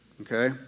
okay